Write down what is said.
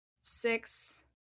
six